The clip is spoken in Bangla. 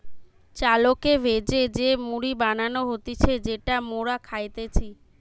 চালকে ভেজে যে মুড়ি বানানো হতিছে যেটা মোরা খাইতেছি